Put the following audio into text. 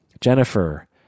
Jennifer